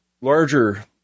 larger